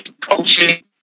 coaching